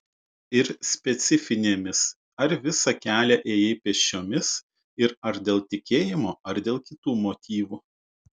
ir specifinėmis ar visą kelią ėjai pėsčiomis ir ar dėl tikėjimo ar dėl kitų motyvų